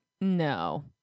no